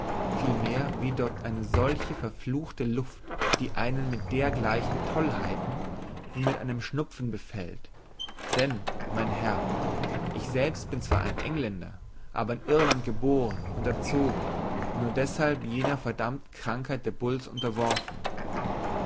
vielmehr weht dort eine solche verfluchte luft die einen mit dergleichen tollheiten wie mit einem schnupfen befällt denn mein herr ich selbst bin zwar ein engländer aber in irland geboren und erzogen und nur deshalb jener verdammten krankheit der bulls unterworfen